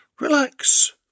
Relax